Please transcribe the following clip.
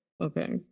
Okay